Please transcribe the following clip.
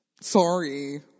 Sorry